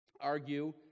argue